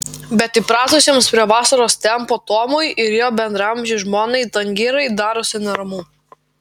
bet įpratusiems prie vasaros tempo tomui ir jo bendraamžei žmonai dangirai darosi neramu